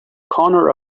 corner